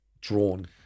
drawn